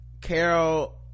Carol